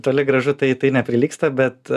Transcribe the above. toli gražu tai tai neprilygsta bet